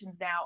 now